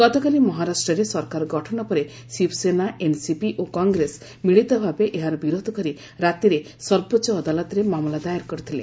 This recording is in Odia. ଗତକାଲି ମହାରାଷ୍ଟ୍ରରେ ସରକାର ଗଠନ ପରେ ଶିବସେନା ଏନ୍ସିପି ଓ କଂଗ୍ରେସ ମିଳିତ ଭାବେ ଏହାର ବିରୋଧ କରି ରାତିରେ ସର୍ବୋଚ୍ଚ ଅଦାଲତରେ ମାମଲା ଦାୟର କରିଥିଲେ